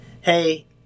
Hey